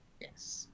Yes